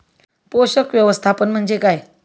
पोषक व्यवस्थापन म्हणजे काय?